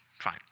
Fine